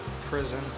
Prison